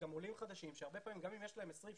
אלה גם עולים חדשים שהרבה פעמים גם אם יש להם 20,000,